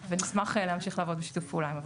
ונשמח להמשיך לעבוד בשיתוף פעולה עם הוועדה.